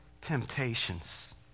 temptations